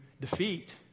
defeat